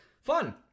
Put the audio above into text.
Fun